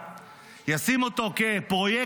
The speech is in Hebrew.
כשמנהל,